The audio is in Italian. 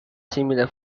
simile